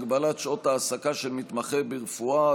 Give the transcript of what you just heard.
הגבלת שעות העסקה של מתמחה ברפואה),